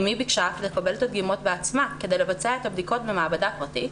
אמי ביקשה אף לקבל את הדגימות בעצמה כדי לבצע את הבדיקות במעבדה פרטית,